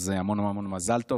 אז המון המון מזל טוב,